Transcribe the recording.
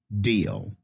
deal